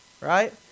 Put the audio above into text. right